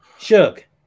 Shook